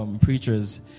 preachers